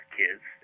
kids